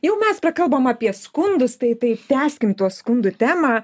jau mes prakalbom apie skundus tai tai tęskim skundų temą